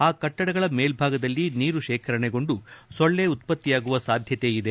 ಆ ಕಟ್ಟಡಗಳ ಮೇಲ್ಟಾಗದಲ್ಲಿ ನೀರು ಶೇಖರಣೆಗೊಂಡು ಸೊಳ್ಳೆ ಉತ್ಪತ್ತಿಯಾಗುವ ಸಾಧ್ಯತೆ ಇದೆ